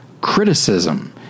criticism